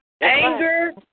anger